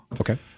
Okay